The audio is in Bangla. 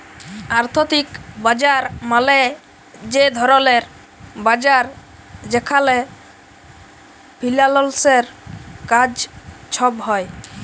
আথ্থিক বাজার মালে যে ধরলের বাজার যেখালে ফিল্যালসের কাজ ছব হ্যয়